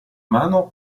mano